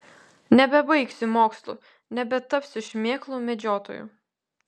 nebebaigsiu mokslų nebetapsiu šmėklų medžiotoju